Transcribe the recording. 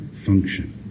function